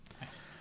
Nice